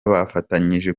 bafatanyije